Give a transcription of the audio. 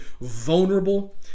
vulnerable